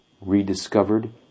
rediscovered